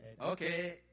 Okay